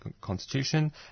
constitution